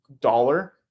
dollar